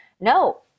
no